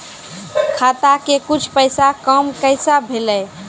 खाता के कुछ पैसा काम कैसा भेलौ?